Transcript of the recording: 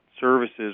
services